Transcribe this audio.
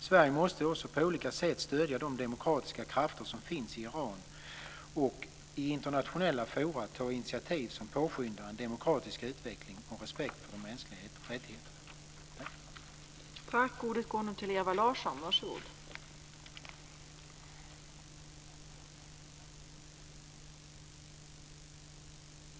Sverige måste på olika sätt stödja de demokratiska krafter som finns i Iran och i internationella forum ta initiativ som påskyndar en demokratisk utveckling och respekt för de mänskliga rättigheterna.